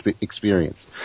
experience